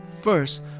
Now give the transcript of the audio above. First